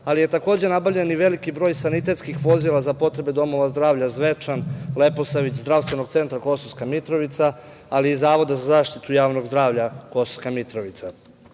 ali je takođe nabavljen i veliki broj sanitetskih vozila za potrebe domova zdravlja Zvečan, Leposavić, Zdravstvenog centra Kosovska Mitrocica, ali i Zavoda za zaštitu javnog zdravlja Kosovska Mitrovica. Kompletno